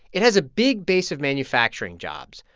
it has a big base of manufacturing jobs.